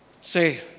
Say